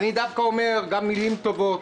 אני אומר גם מילים טובות.